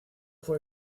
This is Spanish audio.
fue